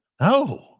No